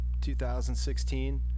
2016